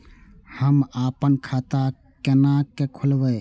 हम आपन खाता केना खोलेबे?